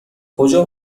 کجا